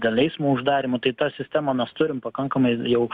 dėl eismo uždarymų tai tą sistemą mes turim pakankamai jau